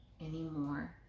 anymore